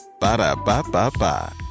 Ba-da-ba-ba-ba